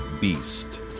beast